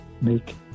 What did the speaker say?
Make